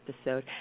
episode